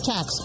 Tax